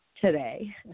today